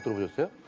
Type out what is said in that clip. with him.